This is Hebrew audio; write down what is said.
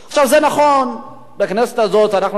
בכנסת הזאת אנחנו דיברנו,